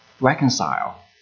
reconcile